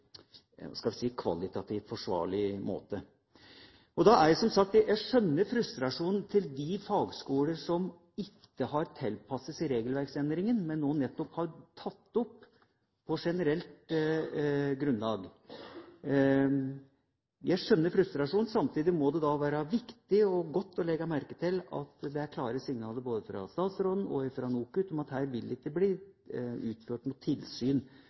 skal ha noen muligheter i seg til at man liksom kan vandre mellom dem på en mest mulig kvalitativt forsvarlig måte. Jeg skjønner frustrasjonen til de fagskoler som ikke har tilpasset seg regelverksendringa, men nå nettopp har tatt opp på generelt grunnlag. Samtidig må det være viktig og godt å legge merke til at det er klare signaler både fra statsråden og fra NOKUT om at det ikke vil bli utført noe tilsyn